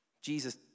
Jesus